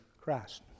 Christ